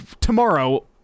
tomorrow